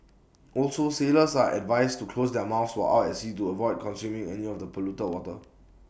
also sailors are advised to close their mouths while out at sea to avoid consuming any of the polluted water